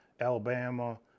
Alabama